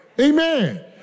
Amen